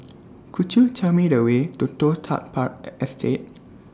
Could YOU Tell Me The Way to Toh Tuck Park Estate